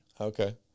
Okay